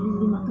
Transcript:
ah